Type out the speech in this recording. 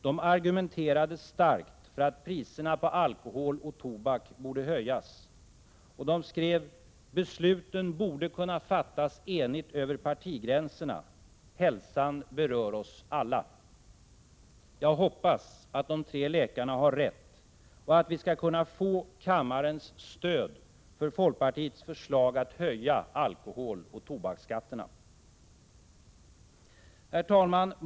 De argumenterade starkt för att priserna på alkohol och tobak borde höjas. ”Besluten borde kunna fattas enigt över partigränserna”, skriver de. ”Hälsan berör oss alla.” Jag hoppas att de tre läkarna har rätt och att vi skall kunna få kammarens stöd för folkpartiets förslag att höja alkoholoch tobaksskatterna. Herr talman!